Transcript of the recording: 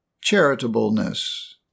charitableness